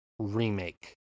Remake